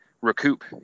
recoup